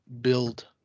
build